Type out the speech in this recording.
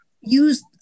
use